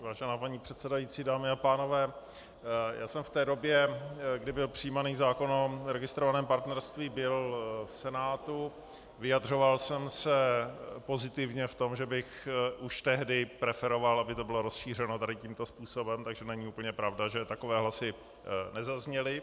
Vážená paní předsedající, dámy a pánové, já jsem v té době, kdy byl přijímán zákon o registrovaném partnerství, byl v Senátu, vyjadřoval jsem se pozitivně v tom, že bych už tehdy preferoval, aby to bylo rozšířeno tady tímto způsobem, takže není úplně pravda, že takové hlasy nezazněly.